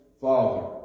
Father